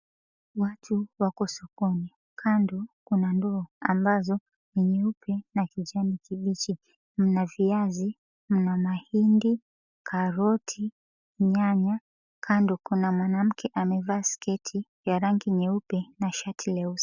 Watu wako sokoni kando kuna ndoo ambazo ni nyeupe na kijani kibichi mna viazi, mna mahindi, karoti, nyanya. Kando kuna mwanamke amevaa sketi ya rangi nyeupe na shati nyeusi.